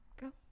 Go